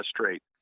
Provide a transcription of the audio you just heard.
straight